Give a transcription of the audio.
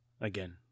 again